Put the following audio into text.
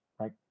right